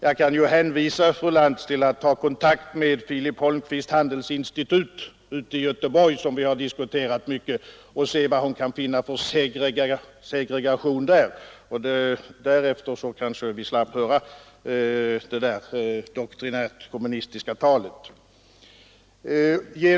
Jag kan ju hänvisa fru Lantz till att ta kontakt med Filip Holmqvists handelsinstitut i Göteborg, som vi har diskuterat mycket, och se vad hon kan finna för segregation där. Därefter kanske vi slapp höra detta doktrinärt kommunistiska tal.